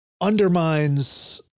undermines